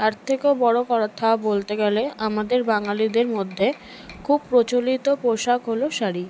তার থেকেও বড় কথা বলতে গেলে আমাদের বাঙালিদের মধ্যে খুব প্রচলিত পোশাক হল শাড়ি